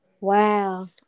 Wow